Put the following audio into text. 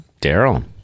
Daryl